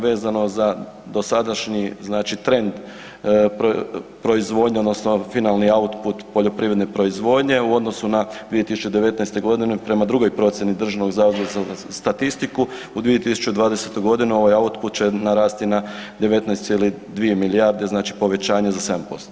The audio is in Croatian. Vezano za dosadašnji znači trend proizvodnje odnosno finalni output poljoprivredne proizvodnje u odnosu na 2019.g. prema drugoj procijeni Državnog zavoda za statistiku u 2020.g. ovaj output će narasti na 19,2 milijardi znači povećanje za 7%